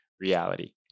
reality